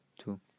Two